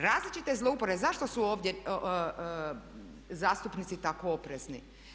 Različite zlouporabe, zašto su ovdje zastupnici tako oprezni.